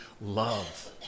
love